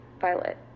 Violet